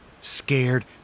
scared